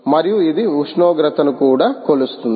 మరియు ఇది ఉష్ణోగ్రతను కూడా కొలుస్తుంది